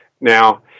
now